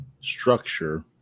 structure